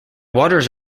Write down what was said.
waters